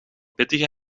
pittige